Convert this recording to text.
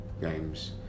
games